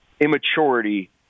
immaturity